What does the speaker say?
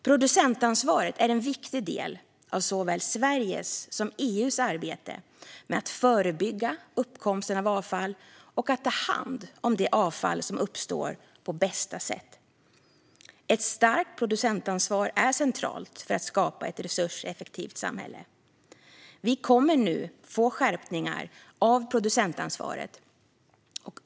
Producentansvaret är en viktig del av såväl Sveriges som EU:s arbete med att förebygga uppkomsten av avfall och att ta hand om det avfall som uppstår på bästa sätt. Ett starkt producentansvar är centralt för att skapa ett resurseffektivt samhälle. Vi kommer nu att få skärpningar av producentansvaret.